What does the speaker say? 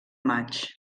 maig